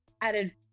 added